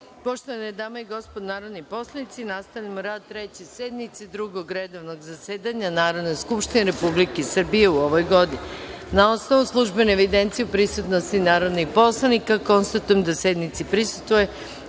Poštovane dame i gospodo narodni poslanici, nastavljamo rad Treće sednice Drugog redovnog zasedanja Narodne skupštine Republike Srbije u ovoj godini. Na osnovu službene evidencije o prisutnosti narodnih poslanika, konstatujem da sednici prisustvuje